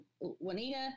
Juanita